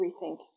rethink